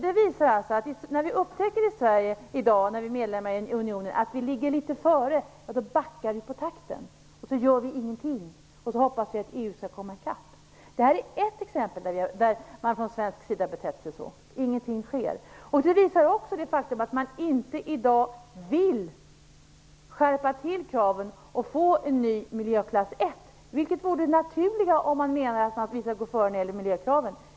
Det visar, att när Sverige nu är medlem i unionen och upptäcker att vi ligger litet före så minskar vi takten och gör ingenting, och vi hoppas att EU skall komma i kapp. Det här är ett exempel där man från svensk sida har betett sig så; ingenting sker. Detta visar också det faktum att man i dag inte vill skärpa kraven och få en ny miljöklass 1 - vilket vore det naturliga, om man menar att vi skall gå före när det gäller miljökraven.